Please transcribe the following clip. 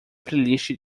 playlist